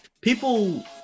People